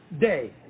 day